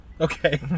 okay